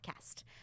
podcast